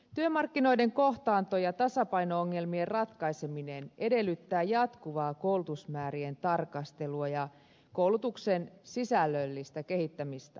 työmarkkinoiden kohtaanto ja tasapaino ongelmien ratkaiseminen edellyttää jatkuvaa koulutusmäärien tarkastelua ja koulutuksen sisällöllistä kehittämistä